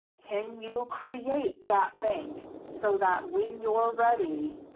can you create that bank so that when you're ready,